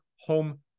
home